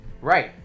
right